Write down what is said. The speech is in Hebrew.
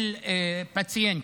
של פציינט,